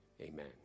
Amen